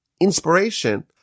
inspiration